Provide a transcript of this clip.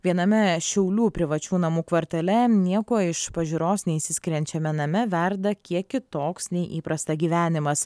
viename šiaulių privačių namų kvartale nieko iš pažiūros neišsiskiriančiame name verda kiek kitoks nei įprasta gyvenimas